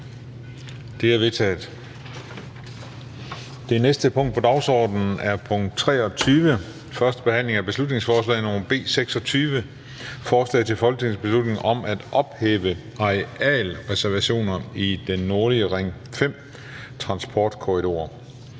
Det er vedtaget. --- Det næste punkt på dagsordenen er: 23) 1. behandling af beslutningsforslag nr. B 26: Forslag til folketingsbeslutning om at ophæve arealreservationer i den nordlige Ring 5-transportkorridor.